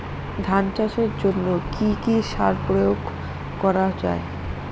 ধান চাষের জন্য কি কি সার প্রয়োগ করা য়ায়?